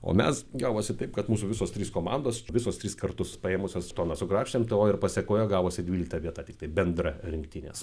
o mes gavosi taip kad mūsų visos trys komandos visos tris kartus paėmusias toną sukrapštėm to ir pasekoje gavosi dvylikta vieta tiktai bendra rinktinės